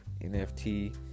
NFT